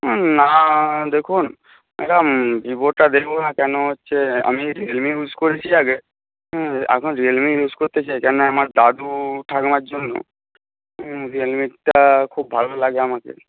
না দেখুন ম্যাডাম ভিভোটা দেখব না কেন হচ্ছে আমি রিয়েলমি ইউজ করেছি আগে এখন রিয়েলমিই ইউজ করতে চাই আমার দাদু ঠাকুমার জন্য রিয়েলমিটা খুব ভালো লাগে আমাকে